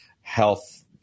health